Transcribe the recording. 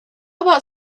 about